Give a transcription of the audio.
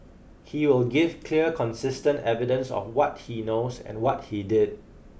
he will give clear consistent evidence of what he knows and what he did